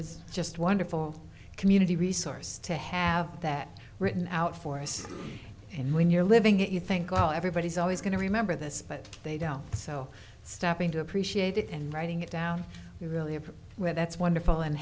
was just wonderful community resource to have that written out for us and when you're living it you think god everybody's always going to remember this but they don't so stopping to appreciate it and writing it down you really have with that's wonderful and